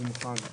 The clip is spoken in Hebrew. אני מוכן,